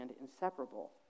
inseparable